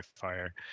fire